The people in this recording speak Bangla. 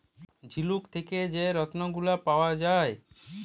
ঝিলুক থ্যাকে যে ছব রত্ল গুলা পাউয়া যায়